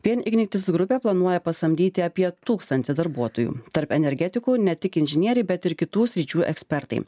vien ignitis grupė planuoja pasamdyti apie tūkstantį darbuotojų tarp energetikų ne tik inžinieriai bet ir kitų sričių ekspertai